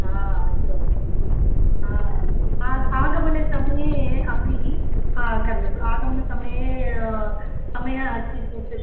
अस्तु अस्तु अस्तु आगमनसमये अपि करोतु आगमनसमये समयः अस्ति चेत्